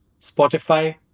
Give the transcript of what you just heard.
Spotify